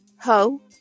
Ho